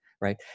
right